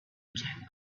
object